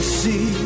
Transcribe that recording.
see